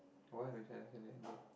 why